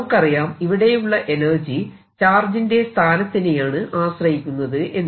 നമുക്കറിയാം ഇവിടെയുള്ള എനർജി ചാർജിന്റെ സ്ഥാനത്തിനെയാണ് ആശ്രയിക്കുന്നത് എന്ന്